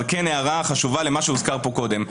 אבל כן הערה חשובה למה שהוזכר פה קודם.